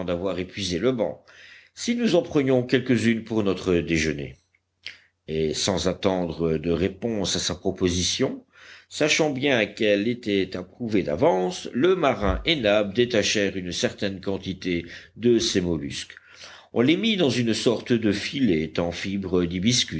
d'avoir épuisé le banc si nous en prenions quelques-unes pour notre déjeuner et sans attendre de réponse à sa proposition sachant bien qu'elle était approuvée d'avance le marin et nab détachèrent une certaine quantité de ces mollusques on les mit dans une sorte de filet en fibres